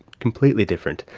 completely different,